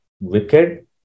wicked